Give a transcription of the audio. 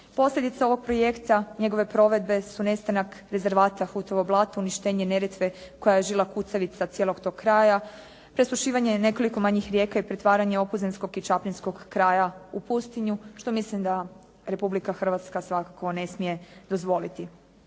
Posljedica ovog projekta, njegove provedbe su nestanak rezervata …/Govornik se ne razumije./… blato, uništenje Neretve koja je žila kucavica cijelog toga kraja, presušivanje nekoliko manjih rijeka i pretvaranje opuzenskog i čapljinskog kraja u pustinju, što mislim da Republika Hrvatska svakako ne smije dozvoliti.